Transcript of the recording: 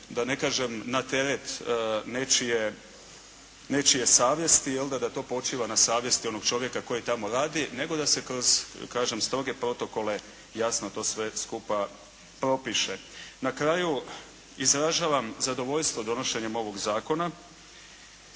da ne kažem na teret nečije savjesti jel' da, da to počiva na savjesti onog čovjeka koji tamo radi nego da se kroz kažem stroge protokole jasno to sve skupa propiše. Na kraju izražavam zadovoljstvo donošenjem ovog zakona.